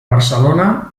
barcelona